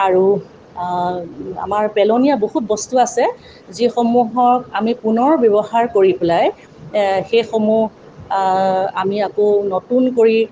আৰু আমাৰ পেলনীয়া বহুত বস্তু আছে যিসমূহক আমি পুনৰ ব্যৱহাৰ কৰি পেলাই সেইসমূহ আমি আকৌ নতুন কৰি